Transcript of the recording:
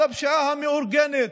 על הפשיעה המאורגנת,